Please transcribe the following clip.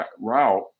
route